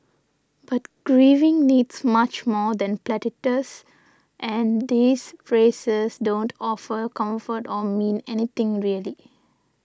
but grieving needs much more than platitudes and these phrases don't offer comfort or mean anything really